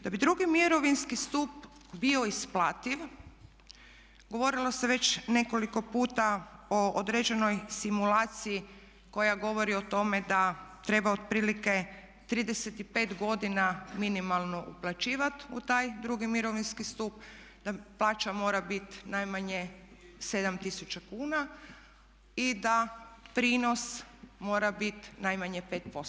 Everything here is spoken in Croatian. Da bi drugi mirovinski stup bio isplativ govorilo se već nekoliko puta o određenoj simulaciji koja govori o tome da treba otprilike 35 godina minimalno uplaćivati u taj drugi mirovinski stup, plaća mora biti najmanje 7 tisuća kuna i da prinos mora bit najmanje 5%